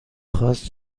خواست